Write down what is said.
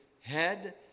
head